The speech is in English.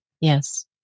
Yes